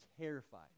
terrified